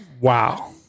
Wow